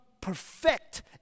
perfect